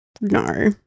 no